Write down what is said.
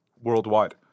worldwide